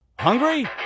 Hungry